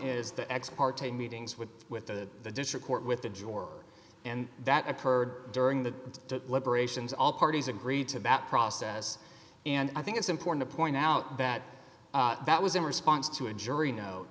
is the ex parte meetings with with the district court with the george and that occurred during the liberations all parties agreed to that process and i think it's important to point out that that was in response to a jury no